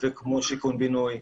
שיכון בינוי,